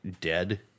dead